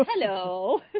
Hello